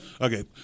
okay